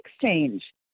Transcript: exchange